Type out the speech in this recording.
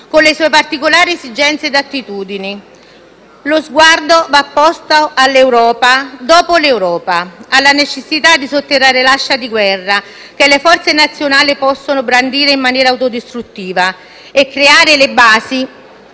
con le sue particolari esigenze e attitudini. Lo sguardo va posto all'Europa dopo l'Europa, alla necessità di sotterrare l'ascia di guerra, che le forze nazionali possono brandire in maniera autodistruttiva, e di creare le basi